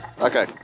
Okay